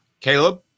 Caleb